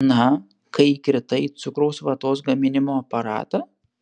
na kai įkritai į cukraus vatos gaminimo aparatą